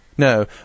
No